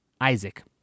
Isaac